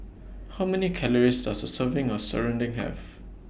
How Many Calories Does A Serving of Serunding Have